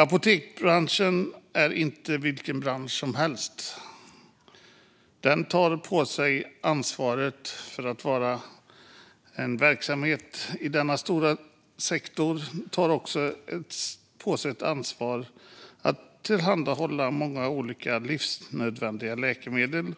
Apoteksbranschen är inte vilken bransch som helst. Den som tar på sig ansvaret för en verksamhet i denna stora sektor tar också på sig ansvaret för att tillhandahålla många livsnödvändiga läkemedel